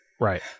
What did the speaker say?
Right